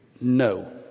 no